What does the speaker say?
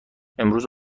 امروز